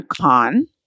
con